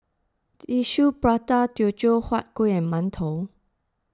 Tissue Prata Teochew Huat Kuih and Mantou